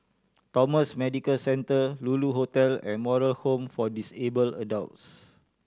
Thomson Medical Centre Lulu Hotel and Moral Home for Disabled Adults